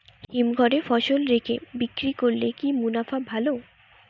হিমঘরে ফসল রেখে বিক্রি করলে কি মুনাফা ভালো?